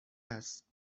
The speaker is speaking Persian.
است